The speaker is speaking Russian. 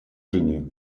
жене